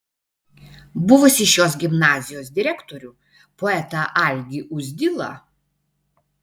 buvusį šios gimnazijos direktorių poetą algį uzdilą